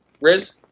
Riz